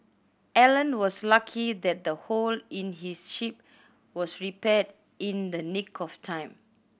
Alan was lucky that the hole in his ship was repaired in the nick of time